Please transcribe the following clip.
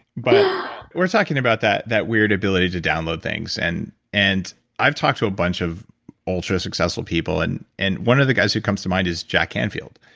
but we're talking about that that weird ability to download things, and and i've talked to a bunch of ultra-successful people, and and one of the guys who comes to mind is jack canfield.